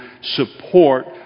support